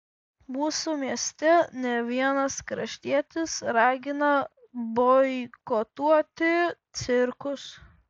mūsų mieste ne vienas kraštietis ragina boikotuoti cirkus